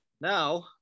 now